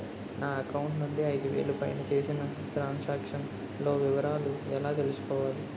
నా అకౌంట్ నుండి ఐదు వేలు పైన చేసిన త్రం సాంక్షన్ లో వివరాలు ఎలా తెలుసుకోవాలి?